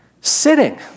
sitting